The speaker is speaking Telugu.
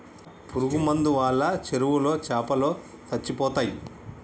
పురుగు మందు వాళ్ళ చెరువులో చాపలో సచ్చిపోతయ్